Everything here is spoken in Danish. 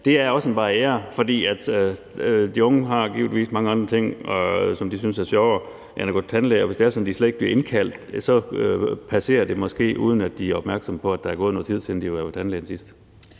også er en barriere. For de unge har givetvis mange andre ting, som de synes er sjovere end at gå til tandlæge. Og hvis det er sådan, at de slet ikke bliver indkaldt, så passerer det måske, uden at de er opmærksom på, at der er gået noget tid, siden de har været hos tandlægen sidst.